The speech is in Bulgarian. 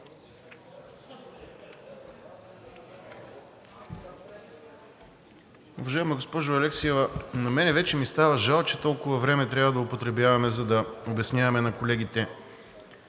Уважаема госпожо Алексиева, на мен вече ми става жал, че толкова време трябва да употребяваме, за да обясняваме на колегите,